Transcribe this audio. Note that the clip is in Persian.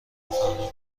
نفهمه